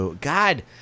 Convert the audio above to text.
God